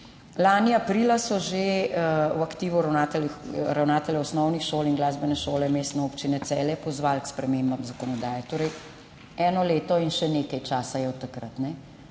Lani aprila so že v aktivu ravnateljev osnovnih šol in glasbene šole Mestne občine Celje pozvali k spremembam zakonodaje. Eno leto in še nekaj časa je od takrat.